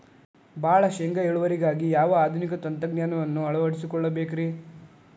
ಭಾಳ ಶೇಂಗಾ ಇಳುವರಿಗಾಗಿ ಯಾವ ಆಧುನಿಕ ತಂತ್ರಜ್ಞಾನವನ್ನ ಅಳವಡಿಸಿಕೊಳ್ಳಬೇಕರೇ?